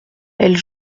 elle